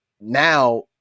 now